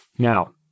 Now